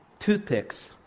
toothpicks